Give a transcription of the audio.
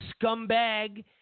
scumbag